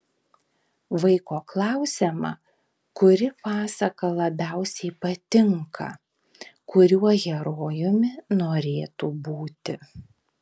vaiko klausiama kuri pasaka labiausiai patinka kuriuo herojumi norėtų būti